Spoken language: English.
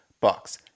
bucks